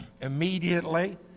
immediately